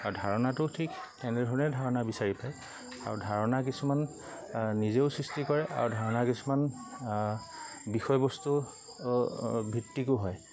আৰু ধাৰণাটো ঠিক তেনেধৰণে ধাৰণা বিচাৰি পায় আৰু ধাৰণা কিছুমান নিজেও সৃষ্টি কৰে আৰু ধাৰণা কিছুমান বিষয়বস্তু ভিত্তিকো হয়